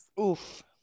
Oof